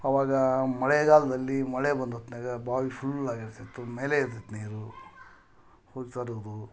ಆವಾಗ ಮಳೆಗಾಲದಲ್ಲಿ ಮಳೆ ಬಂದು ಹೊತ್ನಾಗೆ ಬಾವಿ ಫುಲ್ ಆಗಿರತಿತ್ತು ಮೇಲೆ ಇರ್ತಿತ್ತು ನೀರು ಹೋಗಿ ತರೋದು